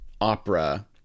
opera